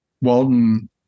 Walton